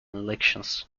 elections